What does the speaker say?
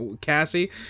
Cassie